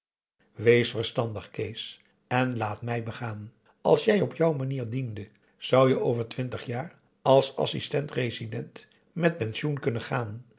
wees verstandig kees en laat mij begaan als jij op jou manier diende zou je over twintig jaar als assistent-resident met pensioen kunnen gaan